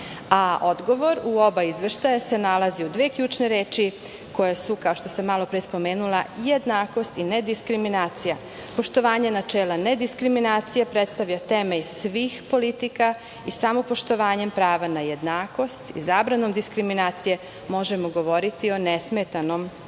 Odgovor u oba izveštaja se nalazi u dve ključne reči koje su, kao što sam malopre spomenula, jednakost i nediskriminacija. Poštovanje načela nediskriminacije predstavlja temelj svih politika i samo poštovanjem prava na jednakost i zabranom diskriminacije možemo govoriti o nesmetanom